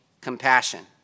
compassion